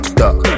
duck